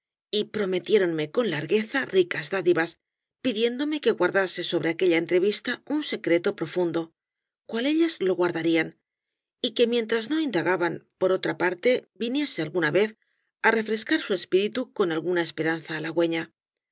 y prometiéronme con largueza ricas dádivas pidiéndome que guardase sobre aquella entrevista un secreto profundo cual ellas lo guardarían y que mientras no indagaban por otra parte viniese alguna vez á refrescar su espíritu con alguna esperanza halagüeña